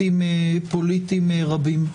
פוליטיים רבים.